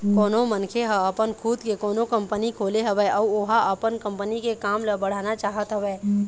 कोनो मनखे ह अपन खुद के कोनो कंपनी खोले हवय अउ ओहा अपन कंपनी के काम ल बढ़ाना चाहत हवय